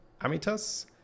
Amitas